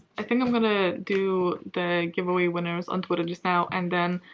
i think i'm gonna do the giveaway winners on twitter just now and then